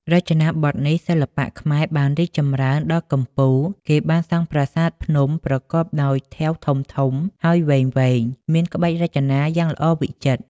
រចនាបថនេះ សិល្បៈខ្មែរបានរីកចំរីនដល់កំពូល គេបានសង់ប្រាសាទភ្នំប្រកបដោយថែវធំៗ ហើយវែងៗ មានក្បាច់រចនាយ៉ាងល្អវិចិត្រ ។